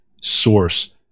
source